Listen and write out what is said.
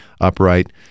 upright